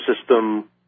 system